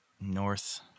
north